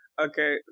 Okay